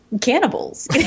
cannibals